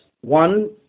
one